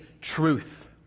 truth